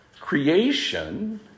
creation